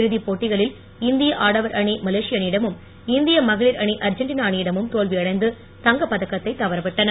இறுதி போட்டிகளில் இந்திய ஆடவர் அணி மலேசிய அணியிடமும் இந்திய மகளிர் அணி அர்ஜென்டினா அணியிடமும் தோல்வியடைந்து தங்கப் பதக்கத்தை தவறவிட்டன